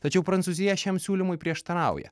tačiau prancūzija šiam siūlymui prieštarauja